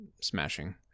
smashing